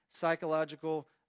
Psychological